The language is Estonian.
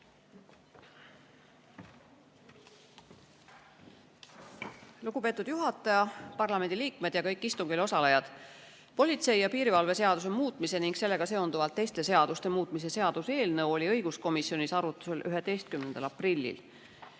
Lugupeetud juhataja, parlamendi liikmed ja kõik istungil osalejad! Politsei ja piirivalve seaduse muutmise ning sellega seonduvalt teiste seaduste muutmise seaduse eelnõu oli õiguskomisjonis arutusel 11. aprillil.